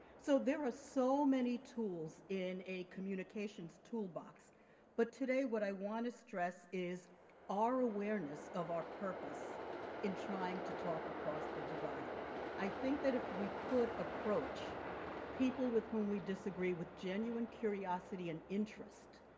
so there are so many tools in a communications tool box but today what i want to stress is our awareness of our purpose in trying to talk across the divide i think that if we could approach people with whom we disagree with genuine curiosity an interest